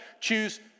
choose